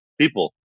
people